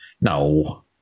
No